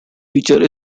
features